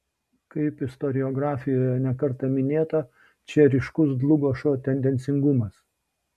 kaip istoriografijoje ne kartą minėta čia ryškus dlugošo tendencingumas